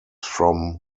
from